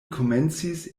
komencis